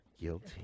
guilty